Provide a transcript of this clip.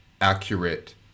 accurate